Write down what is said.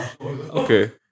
Okay